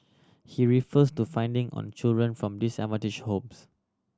he refers to finding on children from disadvantaged homes